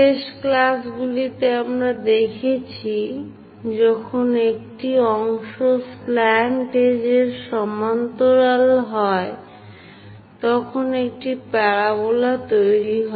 শেষ ক্লাসগুলিতে আমরা দেখেছি যখন একটি অংশ স্ল্যান্ট এজের সমান্তরাল হয় তখন একটি প্যারাবোলা তৈরি হয়